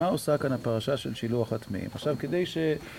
מה עושה כאן הפרשה של שילוח הטמאים? עכשיו, כדי ש...